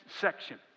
section